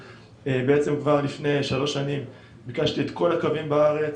למעשה כבר לפני שלוש שנים ביקשתי לבדוק את כל הקווים בארץ,